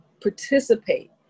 participate